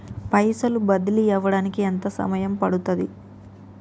పైసలు బదిలీ అవడానికి ఎంత సమయం పడుతది?